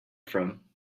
from